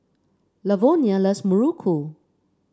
Lavonia loves Muruku